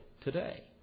today